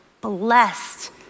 blessed